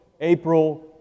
April